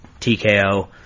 TKO